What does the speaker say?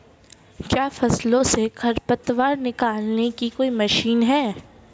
क्या फसलों से खरपतवार निकालने की कोई मशीन है?